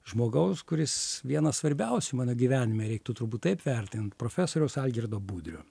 žmogaus kuris vienas svarbiausių mano gyvenime reiktų turbūt taip vertint profesoriaus algirdo budrio